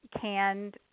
canned